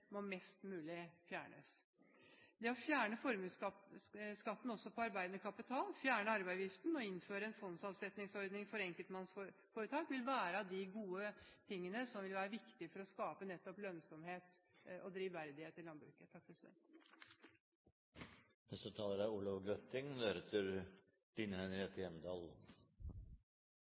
må fjernes mest mulig. Det å fjerne formuesskatten på arbeidende kapital, fjerne arveavgiften og innføre en fondsavsetningsordning for enkeltmannsforetak vil være av de gode tingene som er viktig nettopp for å skape lønnsomhet og drivverdighet i landbruket. Jordbruket er viktig for Norge. Det er